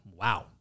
Wow